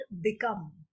become